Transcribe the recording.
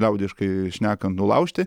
liaudiškai šnekant nulaužti